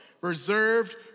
reserved